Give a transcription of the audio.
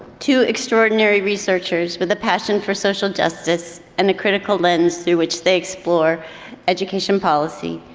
two extraordinary researchers with a passion for social justice and the critical lens through which they explore education policy.